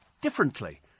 differently